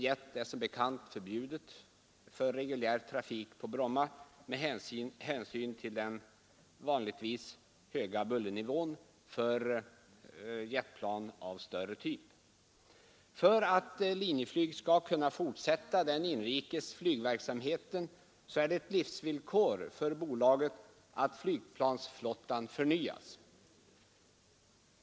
Jet är som bekant förbjudet för reguljär trafik på Bromma med hänsyn till den hittills vanligen höga bullernivån för jetplan av större typ. För att Linjeflyg skall kunna fortsätta med den inrikes flygverksamheten är det ett livsvillkor för bolaget att flygplansflottan förnyas.